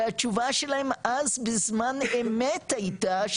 והתשובה שלהם אז בזמן אמת הייתה,